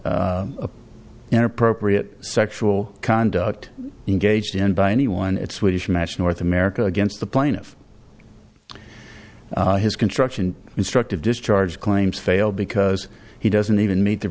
legally inappropriate sexual conduct engaged in by anyone at swedish match north america against the plaintiff his construction constructive discharge claims fail because he doesn't even meet the